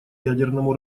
ядерному